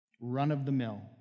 run-of-the-mill